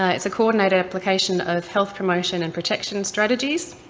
ah it's a coordinated application of health promotion and protection strategies,